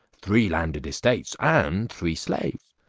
three landed estates, and three slaves.